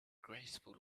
graceful